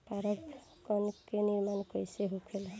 पराग कण क निर्माण कइसे होखेला?